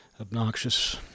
Obnoxious